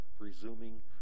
presuming